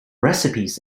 recipes